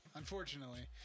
unfortunately